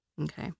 Okay